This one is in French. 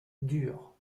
durs